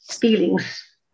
feelings